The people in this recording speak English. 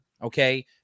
Okay